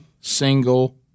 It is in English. single